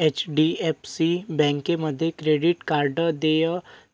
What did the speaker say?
HDFC बँकेमध्ये credit card देय